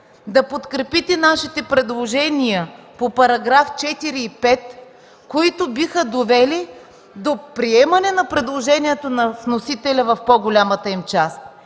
да подкрепите предложенията ни по параграфи 4 и 5, които биха довели до приемането на предложенията на вносителя в по-голямата им част.